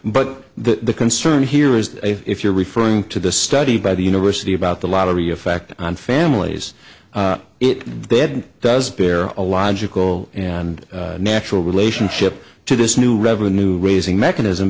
but the concern here is if you're referring to the study by the university about the lottery effect on families it dead does bear a logical and natural relationship to this new revenue raising mechanism